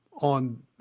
on